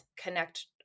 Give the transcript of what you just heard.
connect